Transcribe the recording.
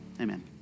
Amen